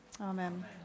Amen